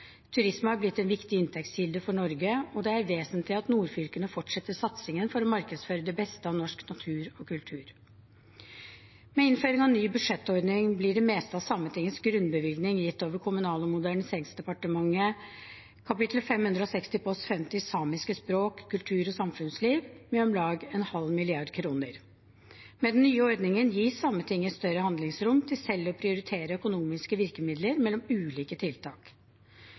Turisme har blitt en viktig inntektskilde for Norge, og det er vesentlig at nordfylkene fortsetter satsingen for å markedsføre det beste av norsk natur og kultur. Med innføring av ny budsjettordning blir det meste av Sametingets grunnbevilgning gitt over Kommunal- og moderniseringsdepartementets kapittel 560, post 50, «Samisk språk, kultur og samfunnsliv», om lag 0,5 mrd. kr. Med den nye ordningen gis Sametinget større handlingsrom til selv å prioritere økonomiske virkemidler mellom ulike tiltak.